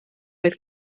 oedd